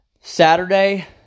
Saturday